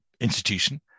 institution